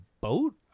boat